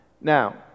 now